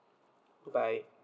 goodbye